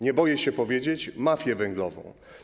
Nie boję się powiedzieć - mafię węglową.